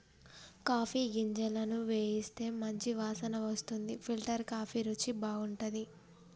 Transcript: coffee గింజలను వేయిస్తే మంచి వాసన వస్తుంది ఫిల్టర్ కాఫీ రుచి బాగుంటది